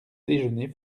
déjeuner